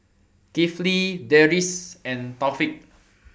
Kifli Deris and Taufik